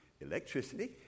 electricity